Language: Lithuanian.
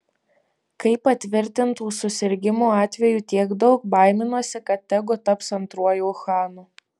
kai patvirtintų susirgimų atvejų tiek daug baiminuosi kad tegu taps antruoju uhanu